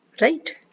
right